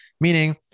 Meaning